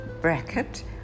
Bracket